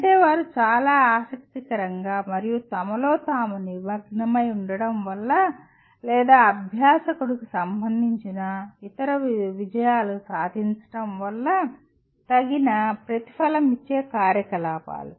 అంటే వారు చాలా ఆసక్తికరంగా మరియు తమలో తాము నిమగ్నమై ఉండడం వల్ల లేదా అభ్యాసకుడికి సంబంధించిన ఇతర విజయాలు సాధించడం వల్ల తగిన ప్రతిఫలమిచ్చే కార్యకలాపాలు